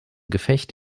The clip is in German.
gefecht